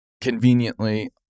conveniently